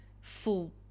full